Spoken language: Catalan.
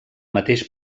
mateix